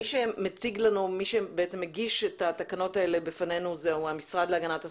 מי שהגיש את התקנות האלו בפנינו הוא המשרד להגנת הסביבה.